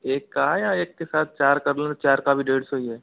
एक का या एक के साथ चार कर लूँ चार का भी डेढ़ सौ ही है